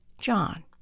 John